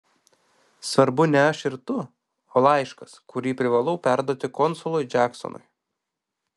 svarbu ne aš ir tu o laiškas kurį privalau perduoti konsului džeksonui